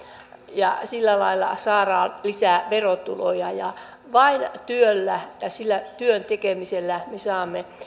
ja sillä lailla saadaan lisää verotuloja vain työllä ja työn tekemisellä me saamme